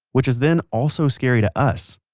which is then also scary to us.